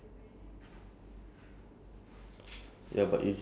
there's this one day I'm not working so I can br~ bring you along